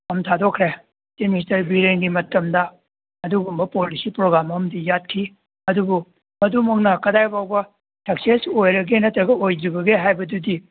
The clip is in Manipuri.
ꯐꯝ ꯊꯥꯗꯣꯛꯈ꯭ꯔꯦ ꯆꯤꯞ ꯃꯤꯅꯤꯁꯇꯔ ꯕꯤꯔꯦꯟꯒꯤ ꯃꯇꯝꯗ ꯑꯗꯨꯒꯨꯝꯕ ꯄꯣꯂꯤꯁꯤ ꯄꯣꯒ꯭ꯔꯥꯝ ꯑꯃꯗꯤ ꯌꯥꯠꯈꯤ ꯑꯗꯨꯕꯨ ꯑꯗꯨꯃꯛꯅ ꯀꯗꯥꯏ ꯐꯥꯎꯕ ꯁꯛꯁꯦꯁ ꯑꯣꯏꯔꯒꯦ ꯅꯠꯇ꯭ꯔꯒ ꯑꯣꯏꯗ꯭ꯔꯤꯕꯒꯦ ꯍꯥꯏꯕꯗꯨꯗꯤ